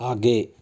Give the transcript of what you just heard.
आगे